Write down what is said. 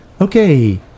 okay